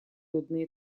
йодные